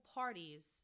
parties